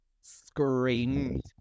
screamed